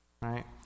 Right